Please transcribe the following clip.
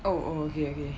oh oh okay okay